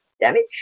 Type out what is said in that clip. damage